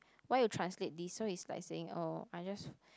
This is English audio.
why you translate this so it's like saying oh I just